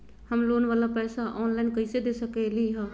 हम लोन वाला पैसा ऑनलाइन कईसे दे सकेलि ह?